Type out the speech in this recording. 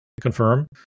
confirm